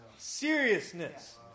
Seriousness